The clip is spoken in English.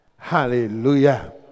Hallelujah